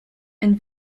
and